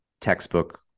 textbook